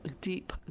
deep